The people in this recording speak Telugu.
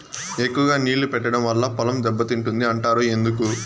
ఎక్కువగా నీళ్లు పెట్టడం వల్ల పొలం దెబ్బతింటుంది అంటారు ఎందుకు?